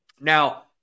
Now